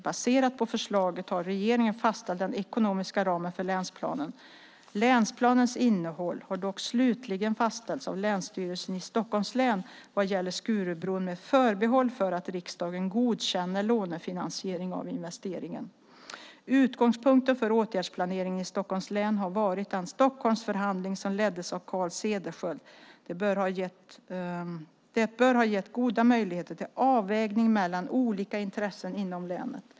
Baserat på förslaget har regeringen fastställt den ekonomiska ramen för länsplanen. Länsplanens innehåll har dock slutligen fastställts av Länsstyrelsen i Stockholms län - vad gäller Skurubron med förbehåll för att riksdagen godkänner lånefinansiering av investeringen. Utgångspunkten för åtgärdsplaneringen i Stockholms län har varit den Stockholmsförhandling som leddes av Carl Cederschiöld. Det bör ha gett goda möjligheter för avvägning mellan olika intressen inom länet.